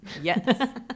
yes